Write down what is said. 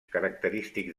característics